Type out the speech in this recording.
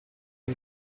nel